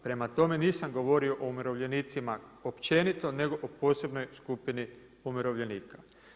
Prema tome, nisam govorio o umirovljenicima općenito, nego o posebnoj skupini umirovljenika.